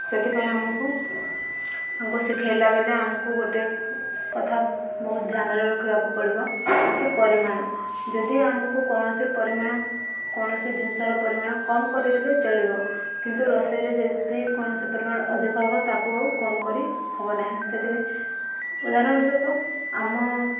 ସେଥିପାଇଁ ଆମକୁ ଆକୁ ଶିଖେଇଲା ବେଳେ ଆମକୁ ଗୋଟେ କଥା ବହୁତ ଧ୍ୟାନରେ ରଖିବାକୁ ପଡ଼ିବ କି ପରିମାଣ ଯଦି ଆମକୁ କୌଣସି ପରିମାଣ କୌଣସି ଜିନିଷର ପରିମାଣ କମ କରିଦେଲେ ଚଳିବ କିନ୍ତୁ ରୋଷେଇରେ ଯଦି କୌଣସି ପରିମାଣ ଅଧିକ ହେବ ତାକୁ ଆଉ କମ କରି ହେବ ନାହିଁ ସେଥିପାଇଁ ଉଦାହରଣ ସ୍ୱରୂପ ଆମ